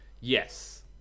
Yes